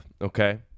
Okay